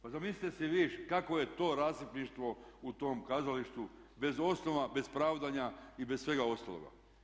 Pa zamislite si vi kakvo je to rasipništvo u tom kazalištu bez osnova, bez pravdanja i bez svega ostaloga.